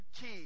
key